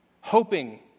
hoping